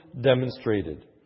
demonstrated